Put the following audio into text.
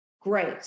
Great